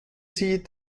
sie